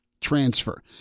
transfer